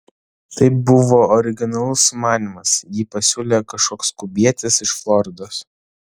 tai buvo originalus sumanymas jį pasiūlė kažkoks kubietis iš floridos